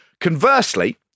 Conversely